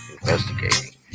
Investigating